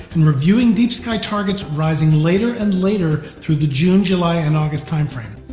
and reviewing deep sky targets rising later and later through the june, july, and august time frame.